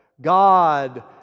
God